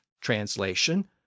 translation